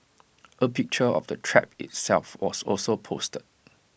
A picture of the trap itself was also posted